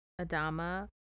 Adama